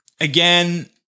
again